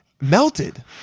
melted